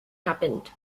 happened